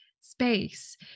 space